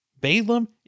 Balaam